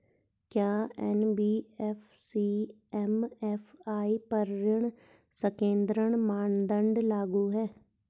क्या NBFC MFI पर ऋण संकेन्द्रण मानदंड लागू हैं?